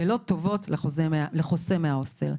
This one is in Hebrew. ולא טובות לחוסה מההוסטל.